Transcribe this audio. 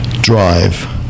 drive